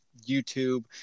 YouTube